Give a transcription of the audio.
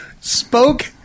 spoke